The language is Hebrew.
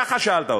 ככה שאלת אותו.